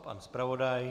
Pan zpravodaj?